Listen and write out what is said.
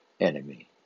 enemy